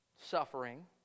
suffering